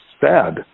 sad